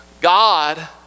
God